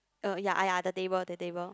uh ya ah ya the table the table